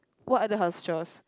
what other house chores